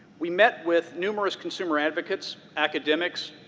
we met with numerous consumer advocates, academics,